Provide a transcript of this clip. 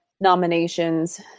nominations